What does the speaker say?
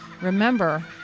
Remember